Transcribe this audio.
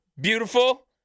beautiful